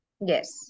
Yes